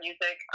music